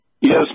Yes